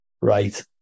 right